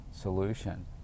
solution